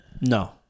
No